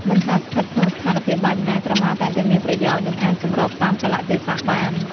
មិនថាស្ថិតក្នុងស្ថានភាពបែបណា ក្រមាតែងតែមានប្រយោជន៍ និងអាចសម្របតាមកាលៈទេសៈបាន។